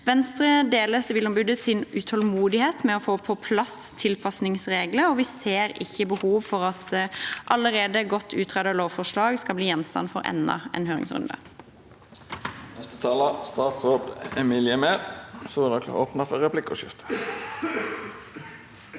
Venstre deler Sivilombudets utålmodighet med å få på plass tilpasningsregler, og vi ser ikke behov for at allerede godt utredede lovforslag skal bli gjenstand for enda en høringsrunde.